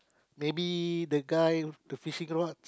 maybe the guy the fishing rods